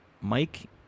Mike